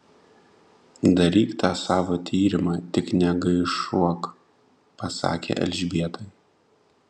daryk tą savo tyrimą tik negaišuok pasakė elžbietai